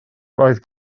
roedd